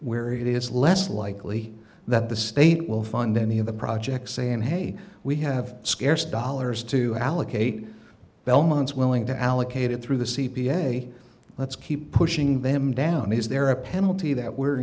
where it is less likely that the state will fund any of the projects saying hey we have scarce dollars to allocate belmont's willing to allocate it through the c p a let's keep pushing them down is there a penalty that we're